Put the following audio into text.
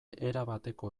erabateko